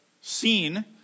seen